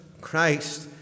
Christ